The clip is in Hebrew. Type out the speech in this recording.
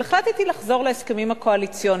אבל החלטתי לחזור להסכמים הקואליציוניים,